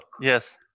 yes